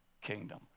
kingdom